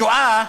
השואה,